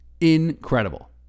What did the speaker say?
Incredible